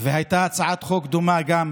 והייתה הצעת חוק דומה של